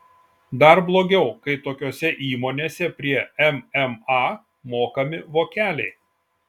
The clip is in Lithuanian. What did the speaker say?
dar blogiau kai tokiose įmonėse prie mma mokami vokeliai